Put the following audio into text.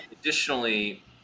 Additionally